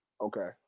okay